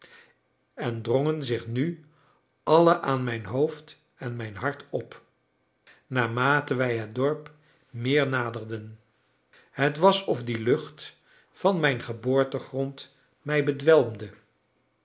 en drongen zich nu alle aan mijn hoofd en mijn hart op naarmate wij het dorp meer naderden het was of die lucht van mijn geboortegrond mij bedwelmde